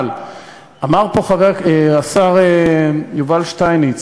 אבל אמר פה השר יובל שטייניץ